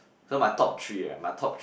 so my top three ah my top